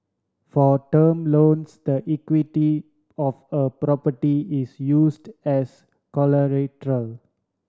for term loans the equity of a property is used as collateral